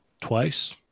twice